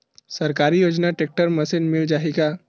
सरकारी योजना tractor machine मिल जाही का?